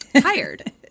Tired